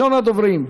ראשון הדוברים,